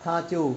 他就